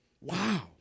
Wow